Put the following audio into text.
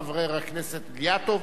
חבר הכנסת אילטוב,